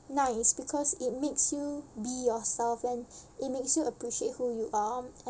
nice because it makes you be yourself and it makes you appreciate who you are